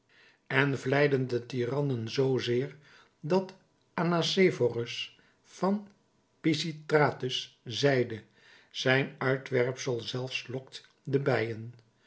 en vleiden de tyrannen zoozeer dat anacephorus van pisistratus zeide zijn uitwerpsel zelfs lokt de bijen